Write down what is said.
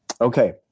Okay